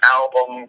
album